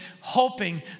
hoping